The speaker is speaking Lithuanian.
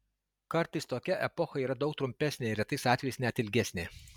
kartais tokia epocha yra daug trumpesnė ir retais atvejais net ilgesnė